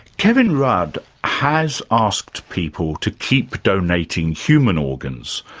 kevin rudd has asked people to keep donating human organs,